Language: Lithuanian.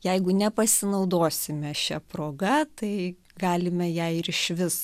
jeigu nepasinaudosime šia proga tai galime ją ir išvis